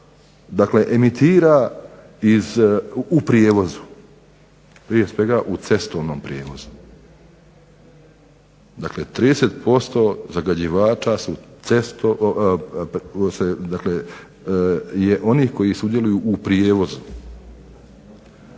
se emitira u prijevozu. Prije svega u cestovnom prijevozu, 30% zagađivača dakle, je onih koji sudjeluju u prijevozu.